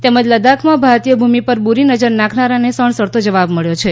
તેમજ લદ્દાખમાં ભારતીય ભૂમિ પર બુરી નજર નાખનારાને સણસણતો જવાબ મળ્યો છે